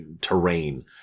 terrain